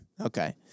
okay